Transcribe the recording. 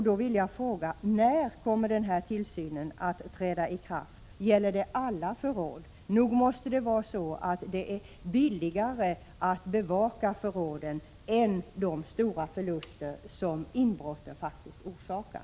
Då vill jag fråga: När kommer den här tillsynen att så att säga träda i kraft, och gäller det alla förråd? Nog måste det väl vara billigare att bevaka förråden än att ta de förluster som inbrotten faktiskt orsakar.